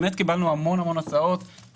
קיבלנו המון הצעות,